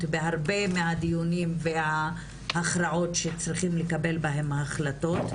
בהרבה מהדיונים וההכרעות שצריכים לקבל בהן החלטות.